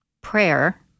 prayer